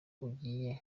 ugiye